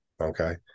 okay